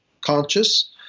conscious